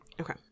Okay